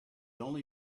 only